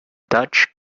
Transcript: dutch